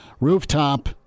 Rooftop